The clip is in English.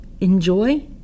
Enjoy